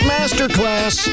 Masterclass